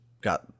got